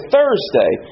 Thursday